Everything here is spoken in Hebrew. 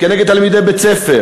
כנגד תלמידי בית-ספר,